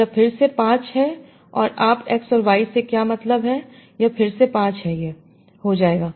यह फिर से 5 है और आप X और Y से क्या मतलब है फ़िर से 5 यह 1 हो जाएगा